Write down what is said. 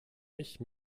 nicht